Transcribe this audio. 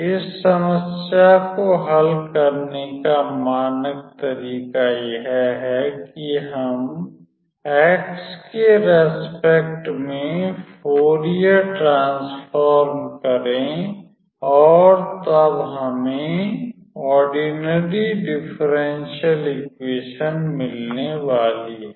इस समस्या को हल करने का मानक तरीका यह है कि हम x के रेस्पेक्ट में फोरियर ट्रांसफॉर्म करें और तब हमें ओडीई मिलने वाली है